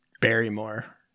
Barrymore